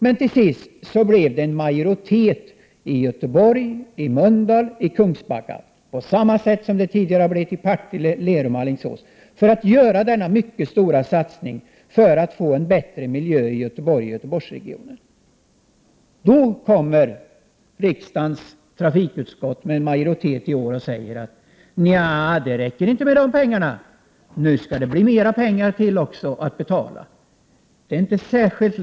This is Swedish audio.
Men till sist blev det en majoritet i Göteborg, Mölndal och Kungsbacka, på samma sätt som det tidigare hade blivit i Partille, Lerum och Alingsås, för att göra denna mycket stora satsning för att få en bättre miljö i Göteborg och Göteborgsregionen. I år kommer majoriteten i riksdagens trafikutskott och säger: Nja, det räcker inte med de pengarna. Mer pengar skall betalas ut. Det är inte särskilt lätt att plocka fram ytterligare pengar.